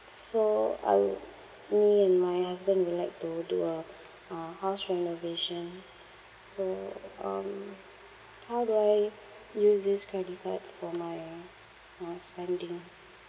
so I would me and my husband would like to do a a house renovation so um how do I use this credit card for my my spendings